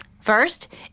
First